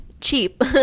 cheap